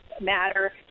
Matter